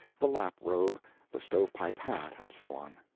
the lap-robe, the stove-pipe hat, and so on.